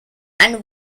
and